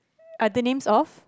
are the names of